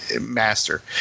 master